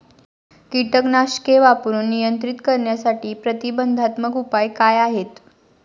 कीटकनाशके वापरून नियंत्रित करण्यासाठी प्रतिबंधात्मक उपाय काय आहेत?